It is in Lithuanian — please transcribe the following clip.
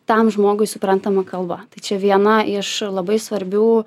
tam žmogui suprantama kalba tai čia viena iš labai svarbių